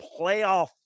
playoff